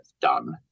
done